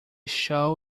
show